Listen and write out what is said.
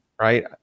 right